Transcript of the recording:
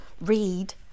Read